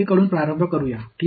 வலது புறத்தில் தொடங்குவோம்